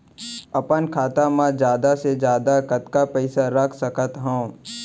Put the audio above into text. अपन खाता मा जादा से जादा कतका पइसा रख सकत हव?